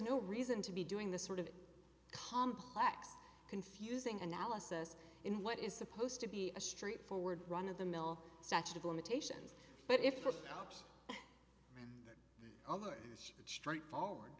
no reason to be doing the sort of complex confusing analysis in what is supposed to be a straightforward run of the mill statute of limitations but if for no other straightforward